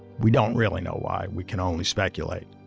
we don't really know why. we can only speculate